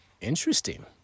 Interesting